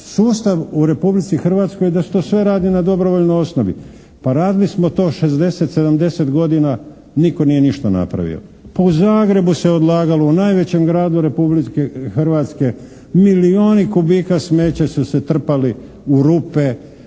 sustav u Republici Hrvatskoj da se to sve radi na dobrovoljnoj osnovi. Pa radili smo to 60, 70 godina, nitko nije ništa napravio. Pa u Zagrebu se odlagalo, u najvećem gradu Republike Hrvatske. Milijuni kubika smeća su se trpali u rupe,